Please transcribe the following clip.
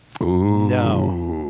No